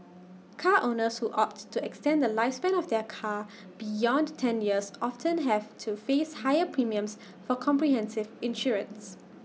car owners who opt to extend the lifespan of their car beyond ten years often have to face higher premiums for comprehensive insurance